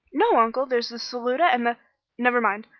no, uncle. there's the saluta, and the never mind.